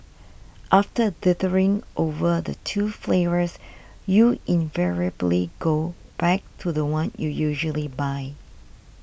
after dithering over the two flavours you invariably go back to the one you usually buy